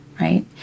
right